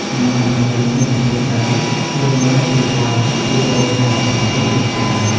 តំបន់ទាំងនេះមានផ្ទៃដី ៤២,២៥៧ ហិកតា។